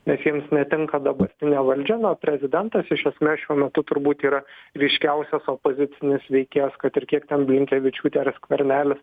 nes jiems netinka dabartinė valdžia na o prezidentas iš esmės šiuo metu turbūt yra ryškiausias opozicinis veikėjas kad ir kiek ten blinkevičiūtė ar skvernelis